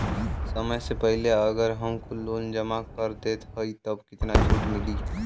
समय से पहिले अगर हम कुल लोन जमा कर देत हई तब कितना छूट मिली?